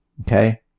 Okay